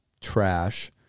trash